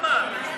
תודה רבה.